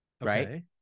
right